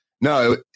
no